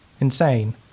insane